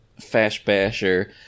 Fashbasher